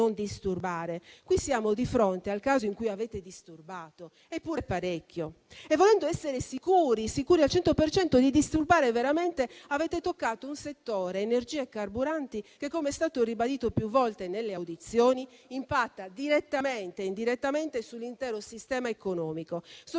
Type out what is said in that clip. qui siamo di fronte al caso in cui avete disturbato e anche parecchio e volendo essere sicuri al 100 per cento di disturbare veramente, avete toccato un settore come quello dell'energia e dei carburanti che, come è stato ribadito più volte nelle audizioni, impatta direttamente e indirettamente sull'intero sistema economico,